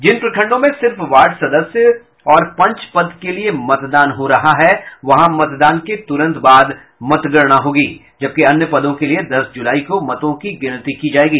जिन प्रखण्डों में सिर्फ वार्ड सदस्य और पंच पद के लिये मतदान हो रहा है वहां मतदान के तुरंत बाद मतगणना होगी जबकि अन्य पदों के लिये दस जुलाई को मतों की गिनती की जायेगी